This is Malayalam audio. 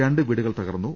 രണ്ട് വീടുകൾ തകർന്നു